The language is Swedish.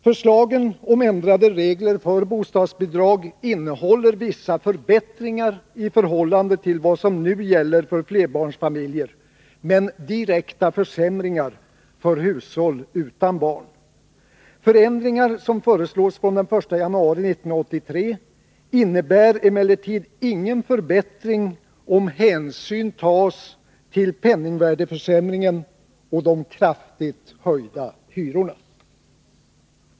Förslagen om ändrade regler för bostadsbidrag innehåller vissa förbättringar i förhållande till vad som nu gäller för flerbarnsfamiljer, men direkta försämringar för hushåll utan barn. Förändringar som föreslås från den 1 januari 1983 innebär emellertid ingen förbättring, om hänsyn tas till penningvärdeförsämringen och de kraftigt höjda hyrorna.